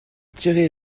tirez